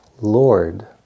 Lord